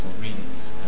readings